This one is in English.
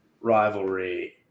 rivalry